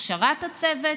הכשרת הצוות,